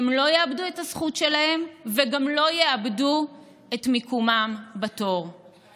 הן לא יאבדו את הזכות שלהן וגם לא יאבדו את מקומן בתור,